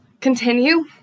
continue